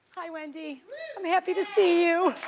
hi, wendy. i'm happy to see you.